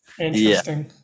Interesting